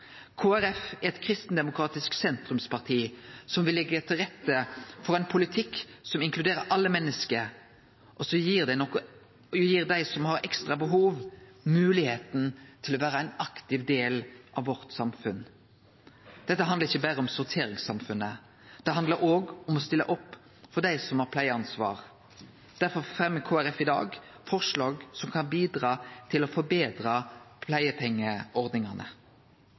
Folkeparti er eit kristendemokratisk sentrumsparti som vil leggje til rette for ein politikk som inkluderer alle menneske, og som gir dei som har ekstra behov, høve til å vere ein aktiv del av samfunnet vårt. Dette handlar ikkje berre om sorteringssamfunnet. Det handlar òg om å stille opp for dei som har pleieansvar. Derfor fremjar Kristeleg Folkeparti i dag eit forslag som kan bidra til å